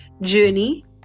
journey